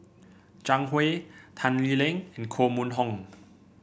Zhang Hui Tan Lee Leng and Koh Mun Hong